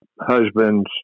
husbands